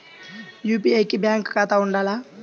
UPI కి bank ఖాతా ఉండాల?